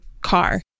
car